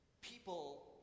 people